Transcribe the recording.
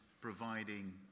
providing